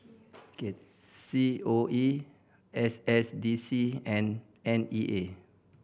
C O E S S D C and N E A